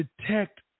detect